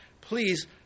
please